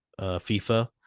FIFA